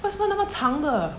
为什么那么长的